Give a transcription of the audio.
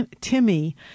Timmy